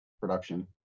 production